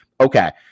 Okay